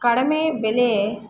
ಕಡಿಮೆ ಬೆಲೆ